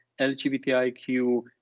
LGBTIQ